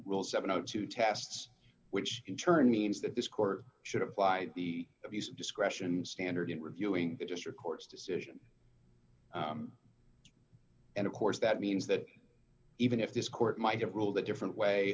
rule seven o two tests which in turn means that this court should apply the abuse of discretion standard in reviewing the district court's decision and of course that means that even if this court might have ruled a different way